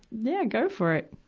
yeah, go for it.